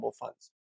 funds